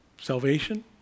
salvation